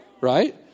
right